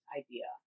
idea